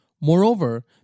Moreover